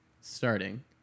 Starting